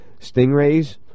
Stingrays